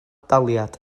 daliad